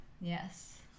Yes